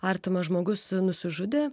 artimas žmogus nusižudė